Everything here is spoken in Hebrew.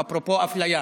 אפרופו אפליה.